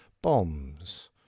bombs